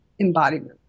embodiment